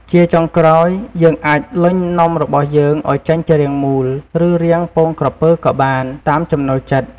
ជាចុងក្រោយ យើងអាចលញ់នំរបស់យើងឱ្យចេញជារាងមូល ឬរាងពងក្រពើក៏បាន តាមចំណូលចិត្ត។